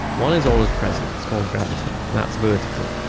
one is always present, it's called gravity, and that's vertical.